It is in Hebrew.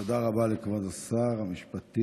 תודה רבה לכבוד שר המשפטים.